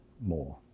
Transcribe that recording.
more